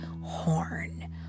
horn